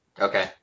Okay